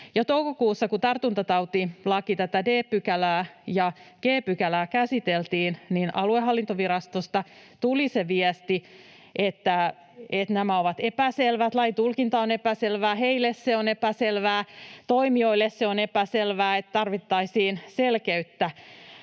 toukokuussa, kun tartuntatautilain 58 d §:ää ja 58 g §:ää käsiteltiin, aluehallintovirastosta tuli se viesti, että nämä ovat epäselvät, että lain tulkinta on epäselvää — heille se on epäselvää, toimijoille se on epäselvää — että tarvittaisiin selkeyttä